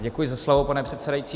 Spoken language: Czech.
Děkuji za slovo, pane předsedající.